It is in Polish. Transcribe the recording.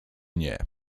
nie